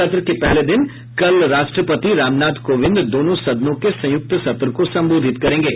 सत्र के पहले दिन कल राष्ट्रपति रामनाथ कोविंद दोनों सदनों के संयुक्त सत्र को सम्बोधित करेंगे